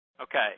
Okay